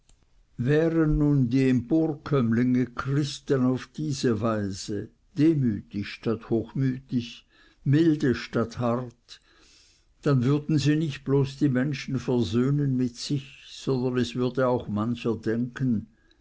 wären nun die emporkömmlinge christen auf diese weise demütig statt hochmütig milde statt hart dann würden sie nicht bloß die menschen versöhnen mit sich sondern es würde auch mancher denken